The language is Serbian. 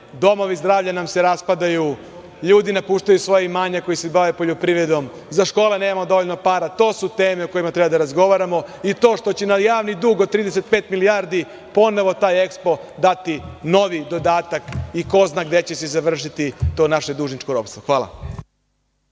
domovi zdravlja nam se raspadaju, ljudi napuštaju svoja imanja koji se bave poljoprivrednom, za škole nemamo dovoljno para. To su teme o kojima treba da razgovaramo i to što će nam javni dug od 35 milijardi ponovo, taj „Ekspo“ dati novi dodatak i ko zna gde će se završiti to naše dužničko ropstvo. Hvala